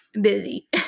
busy